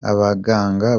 abaganga